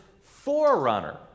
forerunner